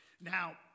Now